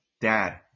Dad